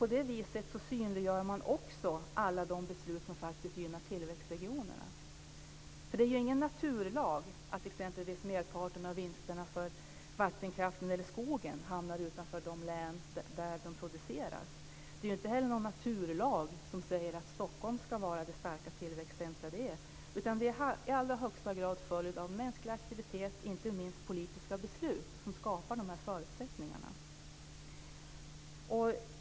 På det viset synliggör man också alla de beslut som faktiskt gynnar tillväxtregionerna. Det är ingen naturlag att exempelvis merparten av vinsterna för vattenkraften eller skogen hamnar utanför de län där de produceras. Det är inte heller någon naturlag som säger att Stockholm ska vara det starka tillväxtcentrum det är, utan det är i allra högsta grad en följd av mänsklig aktivitet - inte minst politiska beslut. Så skapas dessa förutsättningar.